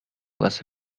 was